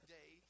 day